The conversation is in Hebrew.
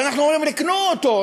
הרי אנחנו אומרים שרוקנו אותו,